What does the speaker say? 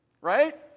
right